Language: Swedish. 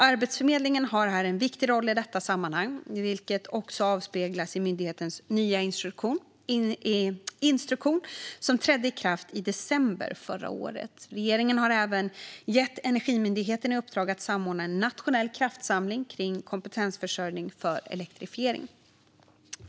Arbetsförmedlingen har en viktig roll i detta sammanhang, vilket också avspeglas i myndighetens nya instruktion som trädde i kraft i december förra året Regeringen har även gett Energimyndigheten i uppdrag att samordna en nationell kraftsamling kring kompetensförsörjning för elektrifieringen.